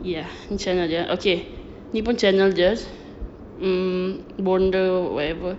ya ini channel dia okay dia pun channel dia um bonda whatever